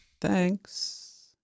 Thanks